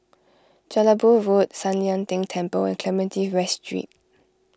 Jelebu Road San Lian Deng Temple and Clementi West Street